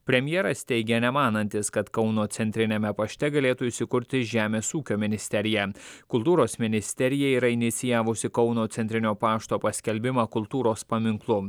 premjeras teigia nemanantis kad kauno centriniame pašte galėtų įsikurti žemės ūkio ministerija kultūros ministerija yra inicijavusi kauno centrinio pašto paskelbimą kultūros paminklu